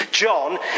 John